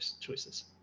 choices